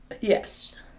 Yes